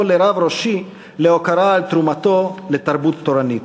לרב ראשי להוקרה על תרומתו לתרבות התורנית.